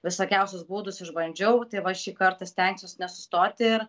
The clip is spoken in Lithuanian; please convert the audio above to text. visokiausius būdus išbandžiau tai va šį kartą stengsiuosi nesustoti ir